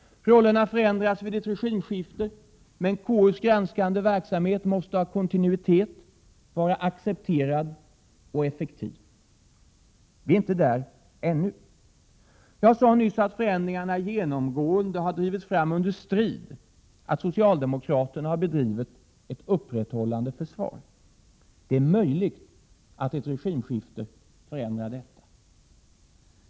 Rollerna förändras vid ett regimskifte, men KU:s granskande verksamhet måste ha kontinuitet, vara accepterad och effektiv. Vi är inte där ännu. Jag sade nyss att förändringarna genomgående har drivits fram under strid, att socialdemokraterna har bedrivit ett uppehållande försvar. Det är möjligt att ett regimskifte kan förändra detta.